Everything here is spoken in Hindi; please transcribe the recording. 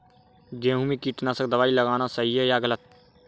गेहूँ में कीटनाशक दबाई लगाना सही है या गलत?